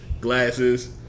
glasses